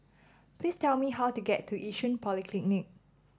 please tell me how to get to Yishun Polyclinic